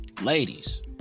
Ladies